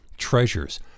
treasures